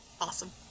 Awesome